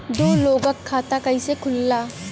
दो लोगक खाता कइसे खुल्ला?